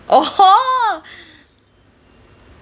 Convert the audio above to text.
orh